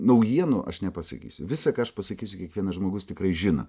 naujienų aš nepasakysiu visa ką aš pasakysiu kiekvienas žmogus tikrai žino